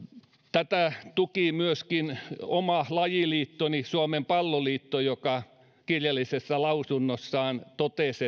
tätä tuki myöskin oma lajiliittoni suomen palloliitto joka kirjallisessa lausunnossaan totesi